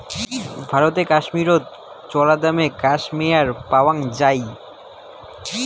ভারতের কাশ্মীরত চরাদামে ক্যাশমেয়ার পাওয়াং যাই